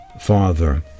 father